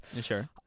Sure